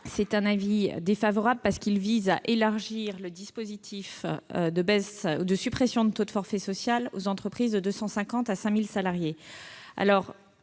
rectifié, parce qu'il vise à élargir le dispositif de suppression de taux de forfait social aux entreprises de 250 à 5 000 salariés.